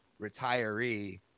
retiree